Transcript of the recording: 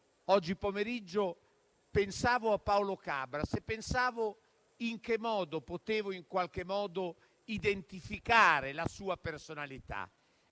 oggi pomeriggio pensavo a Paolo Cabras, e pensavo in che modo poter identificare la sua personalità.